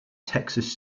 texas